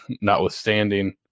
notwithstanding